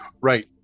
right